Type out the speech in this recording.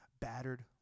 battered